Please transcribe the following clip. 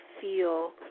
feel